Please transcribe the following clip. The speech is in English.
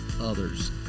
others